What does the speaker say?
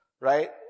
Right